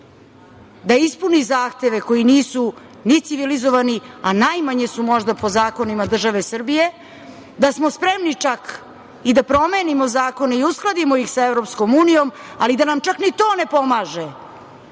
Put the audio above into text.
da ispuni zahteve koji nisu ni civilizovani, a najmanje su, možda, po zakonima države Srbije, da smo spremni čak i da promenimo zakone i uskladimo ih sa EU, ali da nam čak ni to ne pomaže